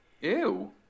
Ew